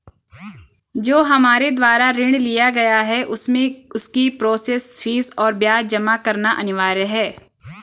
जो हमारे द्वारा ऋण लिया गया है उसमें उसकी प्रोसेस फीस और ब्याज जमा करना अनिवार्य है?